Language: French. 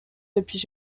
depuis